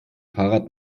fahrrad